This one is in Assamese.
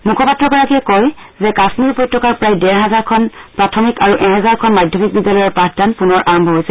মুখপাত্ৰগৰাকীয়ে কয় যে কাশ্মীৰ উপত্যকাৰ প্ৰায় ডেৰ হাজাৰখন প্ৰাথমিক আৰু এহাজাৰ খন মাধ্যমিক বিদ্যালয়ৰ পাঠদান পুনৰ আৰম্ভ হৈছে